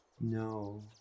No